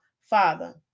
Father